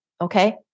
okay